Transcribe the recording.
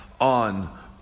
on